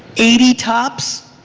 eighty topps.